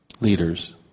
leaders